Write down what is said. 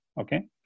okay